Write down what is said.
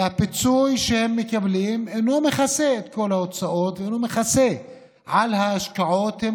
והפיצוי שהם מקבלים אינו מכסה את כל ההוצאות ואינו מכסה על ההשקעות.